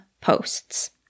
posts